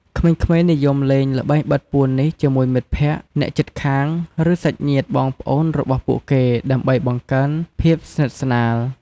ក្មេងៗនិយមលេងល្បែងបិទពួននេះជាមួយមិត្តភក្តិ អ្នកជិតខាង ឬ សាច់ញាតិបងប្អូនរបស់ពួកគេ ដើម្បីបង្កើនភាពស្និទ្ធស្នាល។